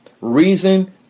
Reason